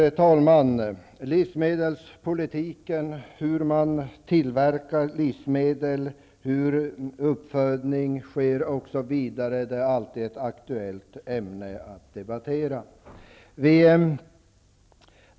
Fru talman! Livsmedelspolitiken, dvs. hur livsmedel tillverkas, hur uppfödning sker osv., är alltid ett aktuellt ämne att debattera.